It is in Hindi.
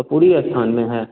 तो पूरी स्थान में है